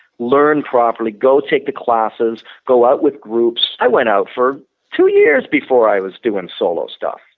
learn properly, go take the classes, go out with groups, i went out for two years before i was doing solo stuff,